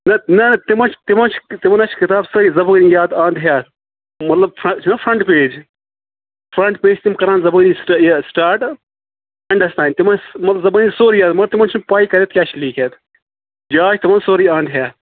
نا نا تِمَن چھِ تِمَن چھِ تِمَن ہا چھِ کِتاب صحیح زبٲنی یاد اَنٛد ہٮ۪تھ مطلب چھُنا فرنٛٹ پیج فرنٛٹ پیج چھِ تِم کَران زبٲنی یہِ سِٹاٹ اَنڈٮ۪س تام تِم ٲسۍ تِمَن زبٲنی سورُے یاد مگر تِمَن چھُنہٕ پَے کَتٮ۪تھ کیٛاہ چھِ لیٖکھِتھ یاد چھُ تِمَن سورُے انٛد ہٮ۪تھ